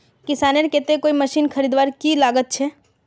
किसानेर केते कोई मशीन खरीदवार की लागत छे?